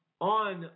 on